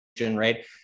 right